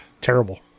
terrible